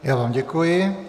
Já vám děkuji.